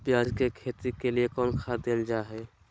प्याज के खेती के लिए कौन खाद देल जा हाय?